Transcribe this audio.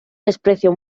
desprecio